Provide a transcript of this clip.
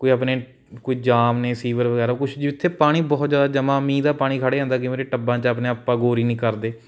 ਕੋਈ ਆਪਣੇ ਕੋਈ ਜਾਮ ਨੇ ਸੀਵਰ ਵਗੈਰਾ ਕੁਛ ਜਿੱਥੇ ਪਾਣੀ ਬਹੁਤ ਜ਼ਿਆਦਾ ਜਮ੍ਹਾਂ ਮੀਂਹ ਦਾ ਪਾਣੀ ਖੜ੍ਹ ਜਾਂਦਾ ਕਈ ਵਾਰ ਟੱਬਾਂ 'ਚ ਆਪਣੇ ਆਪਾਂ ਗੌਰ ਹੀ ਨਹੀਂ ਕਰਦੇ